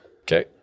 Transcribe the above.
Okay